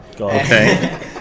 Okay